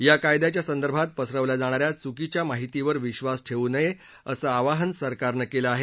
या कायद्याच्या संदर्भात पसरवल्या जाणाऱ्या चुकीच्या माहितीवर विश्वास ठेवू नये असं आवाहन सरकारनं केलं आहे